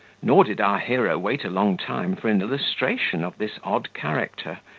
nor did our hero wait a long time for an illustration of this odd character.